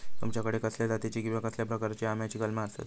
तुमच्याकडे कसल्या जातीची किवा कसल्या प्रकाराची आम्याची कलमा आसत?